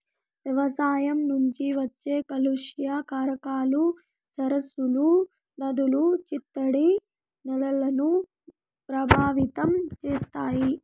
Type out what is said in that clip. వ్యవసాయం నుంచి వచ్చే కాలుష్య కారకాలు సరస్సులు, నదులు, చిత్తడి నేలలను ప్రభావితం చేస్తాయి